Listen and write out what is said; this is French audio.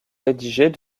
rédigés